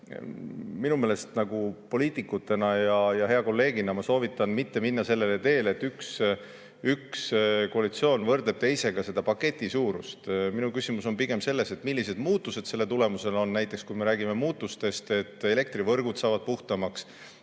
Me soovitan meid poliitikutena ja heade kolleegidena mitte minna sellele teele, et üks koalitsioon võrdleb teisega seda paketi suurust. Minu küsimus on pigem selles, millised muutused selle tulemusel on. Kui me räägime muutustest, et elektrivõrgud saavad puhtamaks,